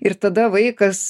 ir tada vaikas